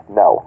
no